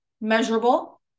Measurable